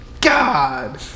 god